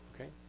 Okay